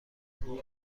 حقوق